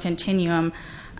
continuum